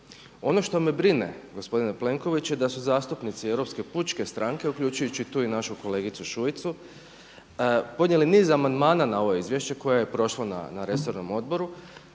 Ono što me brine gospodine Plenkoviću je da su zastupnici Europske pučke stranke uključujući tu i našu kolegicu Šujicu podnijeli niz amandmana na ovo izvješće koje je prošlo na resornom odboru,